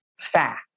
fact